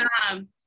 time